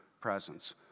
presence